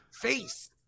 face